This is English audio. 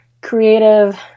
creative